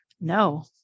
no